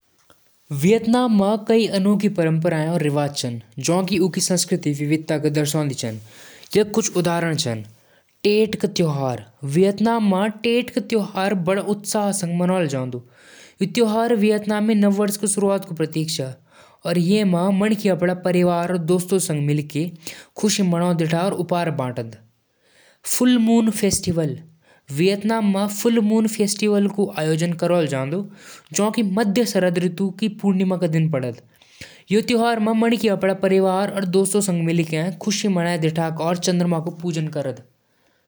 जापान क संस्कृति अद्भुत और अनुशासित होलु। यहां क माणस सम्मान और शिष्टाचार क पालन खूब करदन। जापानी भोजन, जैसे सुशी और टेम्पुरा, दुनिया भर म प्रसिद्ध छन। यहां क त्यौहार म चेरी ब्लॉसम फेस्टिवल खूब खास होलु। समुराई, निन्जा और किमोनो जापानी परंपरा क हिस्से छन। जापानी गार्डन और मंदिर यहां क शांति और सौंदर्य क प्रतीक छन।